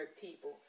people